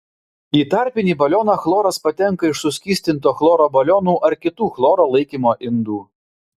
į tarpinį balioną chloras patenka iš suskystinto chloro balionų ar kitų chloro laikymo indų